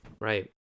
Right